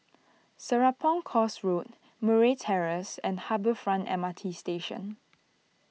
Serapong Course Road Murray Terrace and Harbour Front M R T Station